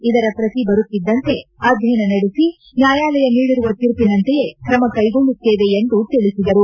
ಇದರ ಪ್ರತಿ ಬರುತ್ತಿದ್ದಂತೆ ಅಧ್ಯಯನ ನಡೆಸಿ ನ್ಯಾಯಾಲಯ ನೀಡಿರುವ ತೀರ್ಪಿನಂತೆಯೇ ಕ್ರಮ ಕೈಗೊಳ್ಳುತ್ತೇವೆ ಎಂದು ತಿಳಿಸಿದರು